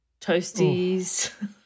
toasties